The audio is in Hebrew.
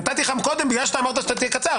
נתתי לך מקודם בגלל שאמרת שתהיה קצר,